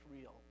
real